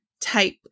type